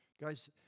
Guys